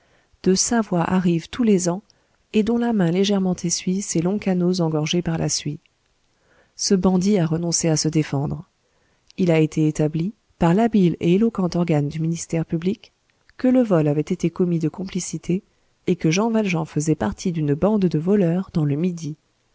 de savoie arrivent tous les ans et dont la main légèrement essuie ces longs canaux engorgés par la suie ce bandit a renoncé à se défendre il a été établi par l'habile et éloquent organe du ministère public que le vol avait été commis de complicité et que jean valjean faisait partie d'une bande de voleurs dans le midi